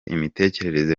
imitekerereze